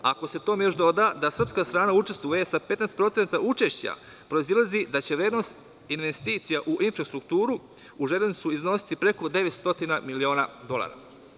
Ako se tome još doda da srpska strana učestvuje sa 15% učešća, proizilazi da će vrednost investicija u infrastrukturu u železnicu iznositi preko 900.000.000 dolara.